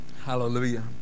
Hallelujah